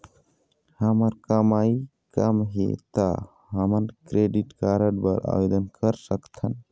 हमर कमाई कम हे ता हमन क्रेडिट कारड बर आवेदन कर सकथन?